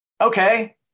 Okay